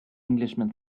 englishman